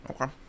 Okay